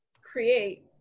create